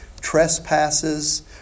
trespasses